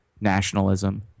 nationalism